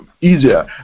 easier